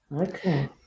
Okay